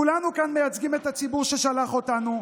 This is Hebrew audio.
כולנו כאן מייצגים את הציבור ששלח אותנו.